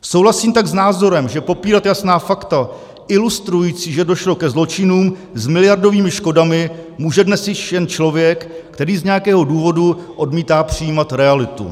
Souhlasím tak s názorem, že popírat jasná fakta ilustrující, že došlo ke zločinům s miliardovými škodami, může dnes již jen člověk, který z nějakého důvodu odmítá přijmout realitu.